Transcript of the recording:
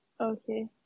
Okay